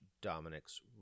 Dominic's